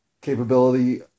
capability